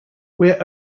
we’re